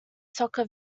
soccer